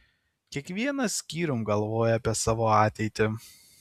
kiekvienas skyrium galvoja apie savo ateitį